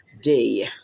day